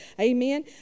Amen